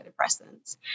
antidepressants